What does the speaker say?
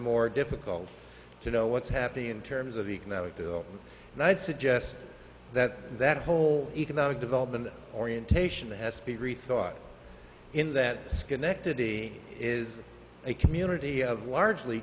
more difficult to know what's happening in terms of economic development and i'd suggest that that whole economic development orientation has to be rethought in that schenectady is a community of largely